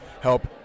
help